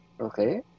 Okay